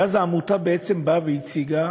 ואז העמותה בעצם באה והציגה